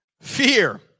Fear